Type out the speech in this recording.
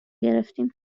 گرفتیم